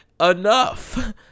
enough